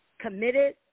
committed